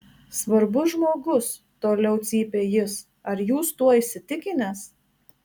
svarbus žmogus toliau cypė jis ar jūs tuo įsitikinęs